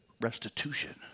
restitution